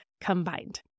combined